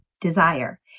desire